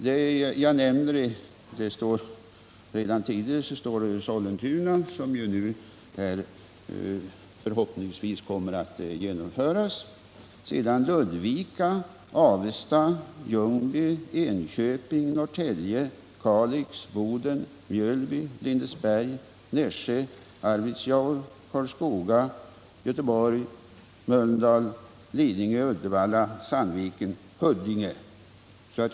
Redan tidigare finns ett polishus i Sollentuna projekterat, som förhoppningsvis kommer att uppföras. Sedan finns Ludvika, Avesta, Ljungby, Enköping, Norrtälje, Kalix, Boden, Mjölby, Lindesberg, Nässjö, Arvidsjaur, Karlskoga, Göteborg, Mölndal, Lidingö, Uddevalla, Sandviken och Huddinge.